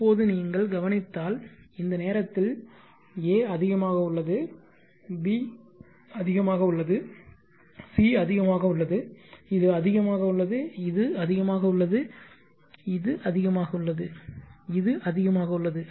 இப்போது நீங்கள் கவனித்தால் இந்த நேரத்தில் a அதிகமாக உள்ளது b அதிகமாக உள்ளது c அதிகமாக உள்ளது இது அதிகமாக உள்ளது இது அதிகமாக உள்ளது இது அதிகமாக உள்ளது இது அதிகமாக உள்ளது